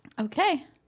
Okay